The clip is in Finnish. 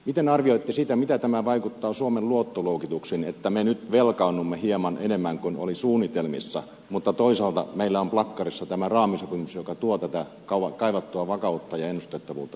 miten arvioitte sitä miten tämä vaikuttaa suomen luottoluokitukseen että me nyt velkaannumme hieman enemmän kuin oli suunnitelmissa mutta toisaalta meillä on plakkarissa tämä raamisopimus joka tuo tätä kauan kaivattua vakautta ja ennustettavuutta työmarkkinoille